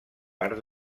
part